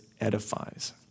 edifies